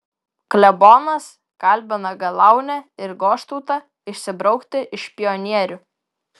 klebonas kalbina galaunę ir goštautą išsibraukti iš pionierių